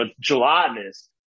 gelatinous